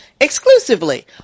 exclusively